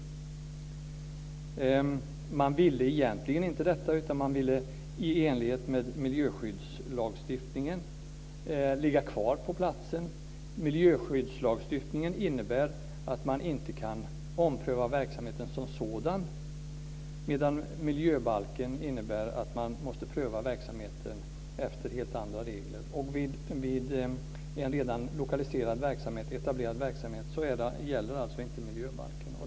Företaget ville egentligen inte detta, utan ville i enlighet med miljöskyddslagstiftningen ligga kvar på platsen. Miljöskyddslagstiftningen innebär att man inte kan ompröva verksamheten som sådan, medan miljöbalken innebär att man måste pröva verksamheten efter helt andra regler. Vid en redan lokaliserad och etablerad verksamhet gäller alltså inte miljöbalken.